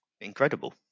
incredible